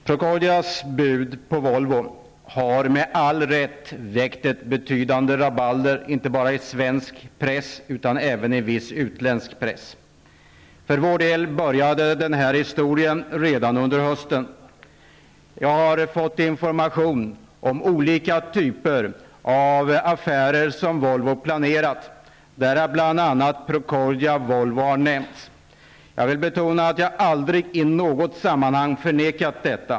Fru talman! Procordias bud på Volvo har med all rätt väckt ett betydande rabalder, inte bara i svensk press utan även i viss utländsk press. För vår del började denna historia redan under hösten. Jag har fått information om olika typer av affärer som Volvo planerat. Där har bl.a. Procordia-Volvo nämnts. Jag vill betona att jag aldrig i något sammanhang förnekat detta.